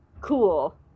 cool